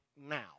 now